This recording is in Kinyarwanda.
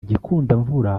gikundamvura